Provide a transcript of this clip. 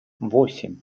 восемь